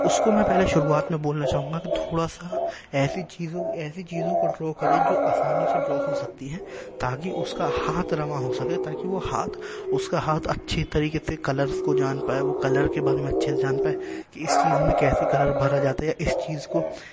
اس کو میں پہلے شروعات میں بولنا چاہوں گا کہ تھوڑا سا ایسی چیزوں ایسی چیزوں کو ڈرا کرے جو آسانی سے ڈرا ہو سکتی ہیں تاکہ اس کا ہاتھ رواں ہو سکے تاکہ وہ ہاتھ اس کا ہاتھ اچھی طریقے سے کلرس کو جان پائے وہ کلر کے بارے میں اچھے سے جان پائے کہ اس چیز میں کیسے کلر بھرا جاتا ہے یا اس چیز کو